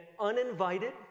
uninvited